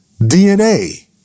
DNA